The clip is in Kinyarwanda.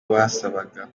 basabaga